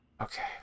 Okay